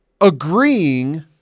agreeing